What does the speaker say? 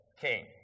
king